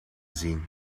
zien